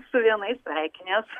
su vienais sveikinies